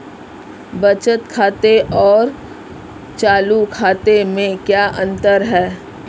बचत खाते और चालू खाते में क्या अंतर है?